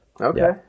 Okay